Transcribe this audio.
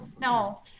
no